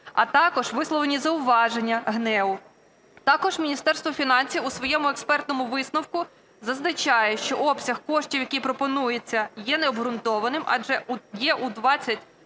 а також висловлені зауваження ГНЕУ. Також Міністерство фінансів у своєму експертному висновку зазначає, що обсяг коштів, який пропонується, є необґрунтованим, адже є у 20,